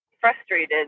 frustrated